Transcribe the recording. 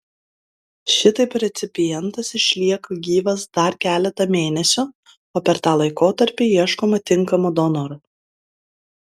šitaip recipientas išlieka gyvas dar keletą mėnesių o per tą laikotarpį ieškoma tinkamo donoro